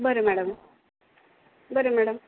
बरं मॅडम बरं मॅडम